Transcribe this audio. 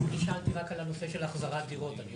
אני שאלתי רק על הנושא של החזרת דירות,